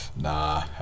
nah